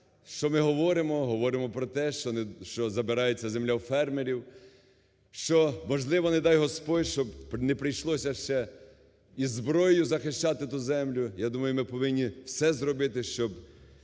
що ми говоримо, ми говоримо про те, що забирається земля у фермерів, що важливо, не дай Господь, щоб не прийшлося ще із зброєю захищати ту землю. Я думаю, ми повинні все зробити, щоб